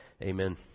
Amen